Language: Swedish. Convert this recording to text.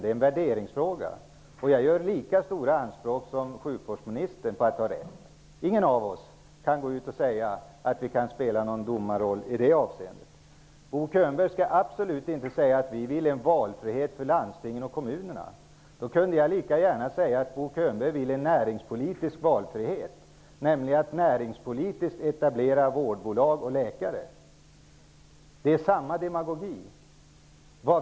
Det är en värderingsfråga. Jag gör lika stora anspråk som sjukvårdsministern på att ha rätt. Ingen av oss kan säga att vi kan spela en domarroll i det avseendet. Bo Könberg skall absolut inte säga att vi vill ge valfrihet åt landstingen och kommunerna. Då kunde jag lika gärna säga att Bo Könberg vill ge en näringspolitisk valfrihet, nämligen att etablera vårdbolag. Det är samma demagogi.